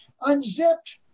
unzipped